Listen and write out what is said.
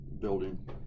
building